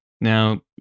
Now